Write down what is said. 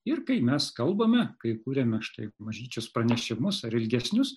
ir kai mes kalbame kai kūriame štai mažyčius pranešimus ar ilgesnius